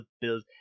build